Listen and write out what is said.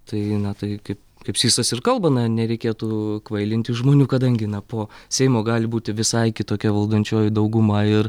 tai na taip kai kaip sysas ir kalba na nereikėtų kvailinti žmonių kadangi na po seimo gali būti visai kitokia valdančioji dauguma ir